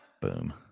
Boom